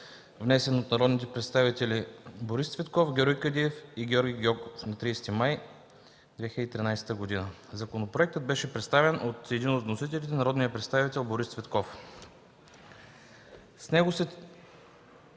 внесен от народните представители Борис Цветков, Георги Кадиев и Георги Гьоков на 30 май 2013 г. Законопроектът беше представен от един от вносителите – народният представител Борис Цветков.